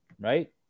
right